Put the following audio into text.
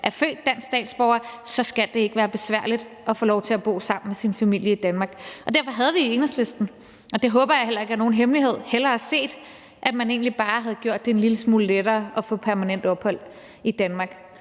er født dansk statsborger, skal det ikke være besværligt at få lov til at bo sammen med sin familie i Danmark. Derfor havde vi i Enhedslisten, og det håber jeg heller ikke er nogen hemmelighed, hellere set, at man egentlig bare havde gjort det en lille smule lettere at få permanent ophold i Danmark.